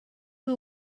who